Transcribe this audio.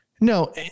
No